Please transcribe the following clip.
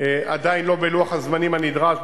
עדיין לא בלוח הזמנים הנדרש,